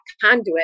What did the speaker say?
conduit